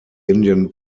indian